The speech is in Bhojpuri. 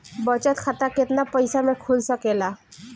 बचत खाता केतना पइसा मे खुल सकेला?